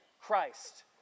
Christ